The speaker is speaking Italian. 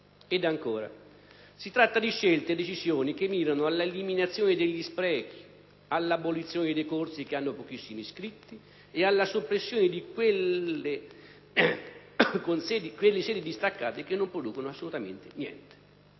Ed ancora: si tratta di scelte e decisioni che mirano all'eliminazione degli sprechi, all'abolizione dei corsi che hanno pochissimi iscritti e alla soppressione di quelle sedi distaccate che non producono assolutamente alcunché.